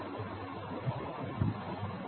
ஆரம்பத்தில் இருந்து நீ தொடங்கு இது ஹா ஹா ஹா ஹா ஹா